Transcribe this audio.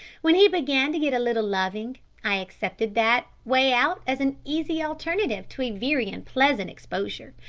when he began to get a little loving i accepted that way out as an easy alternative to a very unpleasant exposure.